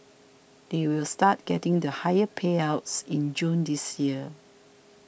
they will start getting the higher payouts in June this year